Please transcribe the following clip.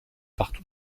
partout